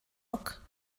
rock